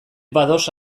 bados